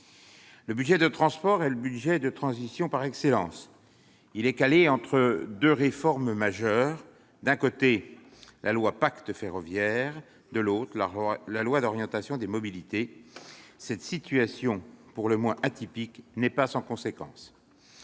Ce budget des transports est le budget de transition par excellence. Il est calé entre deux réformes majeures : d'un côté, la loi pour un nouveau pacte ferroviaire ; de l'autre, la loi d'orientation des mobilités, ou LOM. Cette situation pour le moins atypique n'est pas sans conséquences.